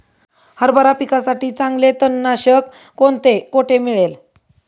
हरभरा पिकासाठी चांगले तणनाशक कोणते, कोठे मिळेल?